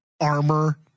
armor